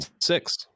six